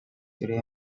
today